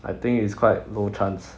I think it's quite no chance